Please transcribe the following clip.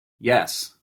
yes